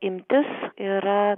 imtis yra